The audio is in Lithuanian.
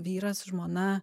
vyras žmona